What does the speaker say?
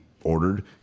ordered